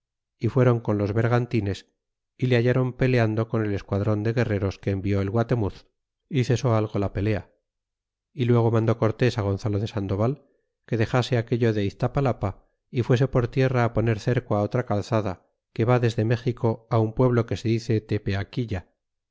y fueron con los bergantines é le hallron peleando con el esquadron de guerreros que envió el guatemuz y cesó algo la polea y luego mandó cortés gonzalo de sandoval que dexase aquello de iztapalapa é fuese por tierra poner cerco otra calzada que va desde méxico un pueblo que se dice